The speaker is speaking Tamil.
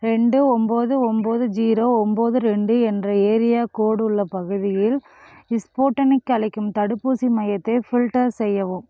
இரண்டு ஒன்பது ஒன்பது ஜீரோ ஒன்பது இரண்டு என்ற ஏரியா கோடு உள்ள பகுதியில் இஸ்புட்டனிக் அளிக்கும் தடுப்பூசி மையத்தை ஃபில்ட்டர் செய்யவும்